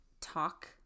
talk